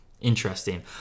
Interesting